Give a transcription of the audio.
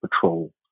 patrol